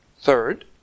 Third